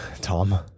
Tom